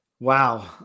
Wow